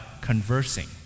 conversing